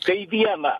kai vieną